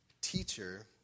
Teacher